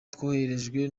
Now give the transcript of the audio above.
twohererejwe